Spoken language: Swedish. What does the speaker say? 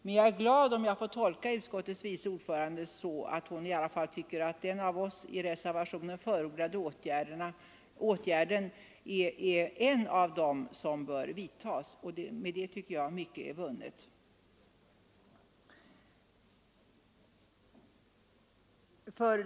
Men jag är glad om jag får tolka utskottets vice ordförande så att hon i alla fall tycker att den av oss i reservationen förordade åtgärden är en av dem som bör vidtas. Därmed tycker jag mycket är vunnet.